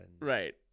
Right